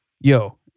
yo